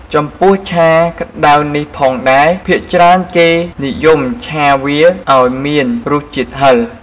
ចំពោះឆាក្តៅនេះផងដែរ ភាគច្រើនគេនិយមឆាវាឱ្យមានរសជាតិហឹរ។